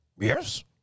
Yes